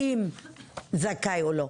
אם זכאי או לא.